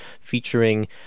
featuring